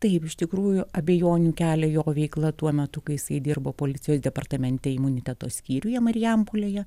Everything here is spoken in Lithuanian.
taip iš tikrųjų abejonių kelia jo veikla tuo metu kai jisai dirbo policijos departamente imuniteto skyriuje marijampolėje